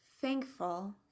thankful